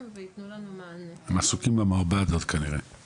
בסדר גמור .